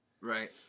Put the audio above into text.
Right